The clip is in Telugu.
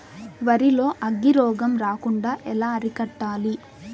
వరి లో అగ్గి రోగం రాకుండా ఎలా అరికట్టాలి?